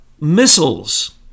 missiles